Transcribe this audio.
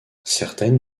certaines